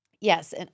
yes